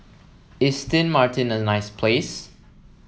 is Sint Maarten a nice place